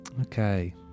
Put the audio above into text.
Okay